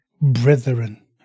brethren